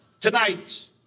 tonight